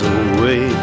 away